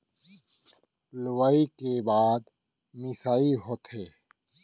लुवई के बाद मिंसाई होथे